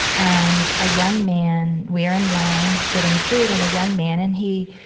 and a young man we're in line getting food, and a young man and he,